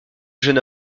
jeune